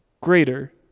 greater